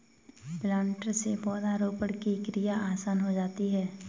planter से पौधरोपण की क्रिया आसान हो जाती है